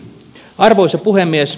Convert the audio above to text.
arvoisa puhemies